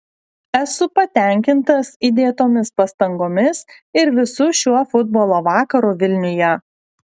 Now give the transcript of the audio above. esu patenkintas įdėtomis pastangomis ir visu šiuo futbolo vakaru vilniuje